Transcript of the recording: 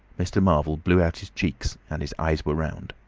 mr. marvel blew out his cheeks, and his eyes were round.